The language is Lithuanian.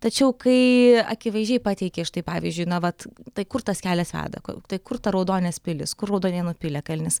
tačiau kai akivaizdžiai pateikė štai pavyzdžiui na vat tai kur tas kelias veda tai kur ta raudonės pilis kur raudonėnų piliakalnis